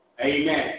Amen